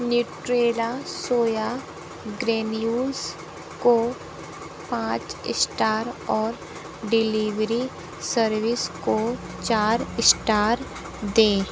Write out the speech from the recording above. Nutrela soya granules को पाँच star और डिलीवरी सर्विस को चार इस्टार दें